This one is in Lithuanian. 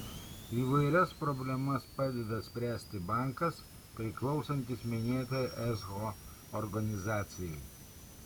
įvairias problemas padeda spręsti bankas priklausantis minėtai echo organizacijai